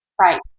Right